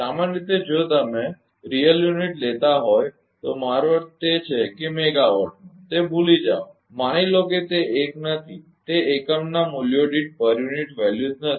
સામાન્ય રીતે જો તમે વાસ્તવિક એકમ લેતા હોય તો મારો અર્થ તે છે કે મેગાવાટમાં તે ભૂલી જાઓ કે માની લો કે તે એક નથી તે એકમના મૂલ્યો દીઠ નથી